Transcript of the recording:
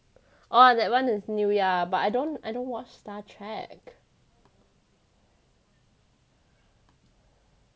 orh that one is new yeah but I don't I don't watch star trek